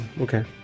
okay